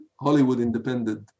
Hollywood-independent